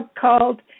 called